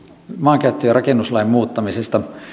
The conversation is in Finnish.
maankäyttö ja rakennuslain muuttamisesta